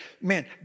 man